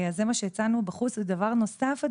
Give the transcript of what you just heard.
ודבר נוסף,